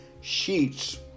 sheets